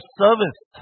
service